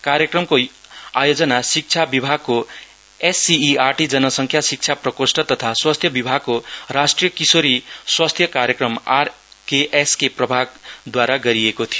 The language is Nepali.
कार्यक्रमको आयोजना शिक्षा विभागको एसीईआरटी जनसंङ्ख्य शिक्षा प्रकोष्ठ तथा स्वास्थ्य विभागको राष्ट्रिय किशोरी स्वास्थ्य कार्यक्रम आरकेएसके प्रभागद्वारा गरिएको थियो